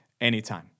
anytime